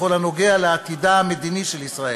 בכל הנוגע לעתידה המדיני של ישראל,